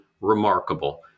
remarkable